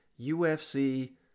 UFC